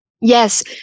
Yes